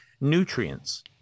nutrients